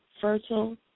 Fertile